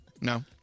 No